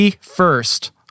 first